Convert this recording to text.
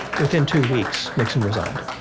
within two weeks, nixon resigned